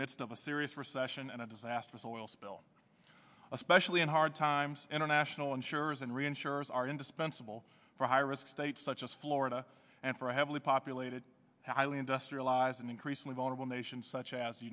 midst of a serious recession and a disastrous oil spill especially in hard times international insurers and reinsurers are indispensable for high risk states such as florida and for a heavily populated highly industrialized and increasingly vulnerable nation such as the